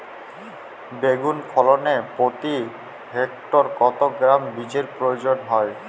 বেগুন ফলনে প্রতি হেক্টরে কত গ্রাম বীজের প্রয়োজন হয়?